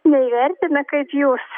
neįvertina kaip jūs